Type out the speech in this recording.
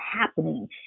happening